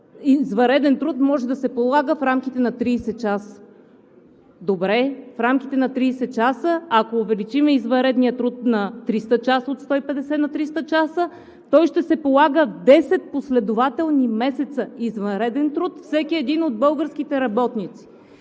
извънреден труд може да се полага в рамките на 30 часа. Добре, в рамките на 30 часа, а ако увеличим извънредния труд от 150 на 300 часа?! Той ще се полага 10 последователни месеца – извънреден труд, от всеки един от българските работници.